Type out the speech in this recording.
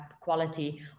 quality